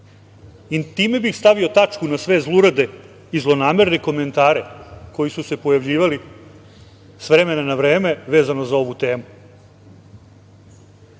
Time bih stavio tačku na sve zlurade i zlonamerne komentare koji su se pojavljivali sa vremena na vreme vezano za ovu temu. Drugi